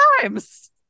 times